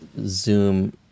zoom